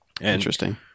Interesting